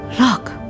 look